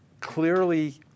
clearly